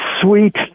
sweet